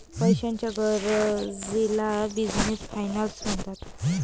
पैशाच्या गरजेला business finance म्हणतात